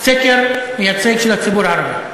סקר מייצג של הציבור הערבי.